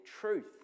truth